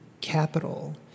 capital